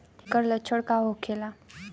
ऐकर लक्षण का होखेला?